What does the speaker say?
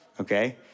okay